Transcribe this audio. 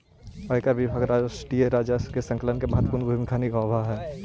आयकर विभाग राष्ट्रीय राजस्व के संकलन में महत्वपूर्ण भूमिका निभावऽ हई